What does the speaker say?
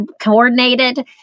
coordinated